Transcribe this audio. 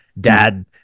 dad